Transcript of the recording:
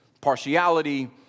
partiality